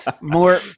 more